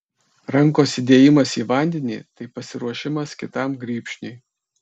rankos įdėjimas į vandenį tai pasiruošimas kitam grybšniui